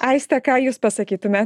aiste ką jūs pasakytumėt